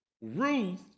Ruth